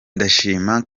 ndashima